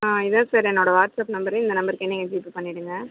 ஆ இதுதான் சார் என்னோடய WhatsApp number இந்த நம்பருக்கே நீங்கள் ஜிபே பண்ணிவிடுங்க